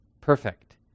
perfect